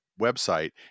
website